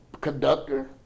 Conductor